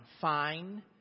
fine